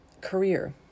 career